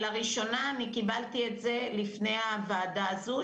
לראשונה אני קיבלתי את זה לפני הוועדה הזו,